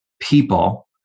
people